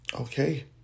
Okay